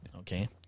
Okay